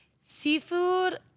Seafood